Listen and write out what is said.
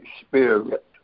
Spirit